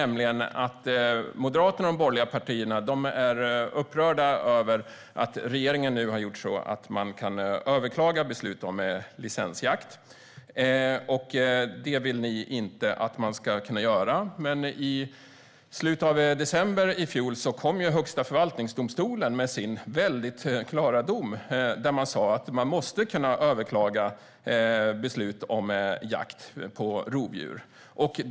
Moderaterna och de övriga borgerliga partierna är upprörda över att regeringen nu har gjort så att man kan överklaga beslut om licensjakt, och det vill ni inte att man ska kunna göra. Men i slutet av december i fjol kom ju Högsta förvaltningsdomstolen med sin väldigt klara dom där de sa att man måste kunna överklaga beslut om jakt på rovdjur.